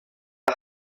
dra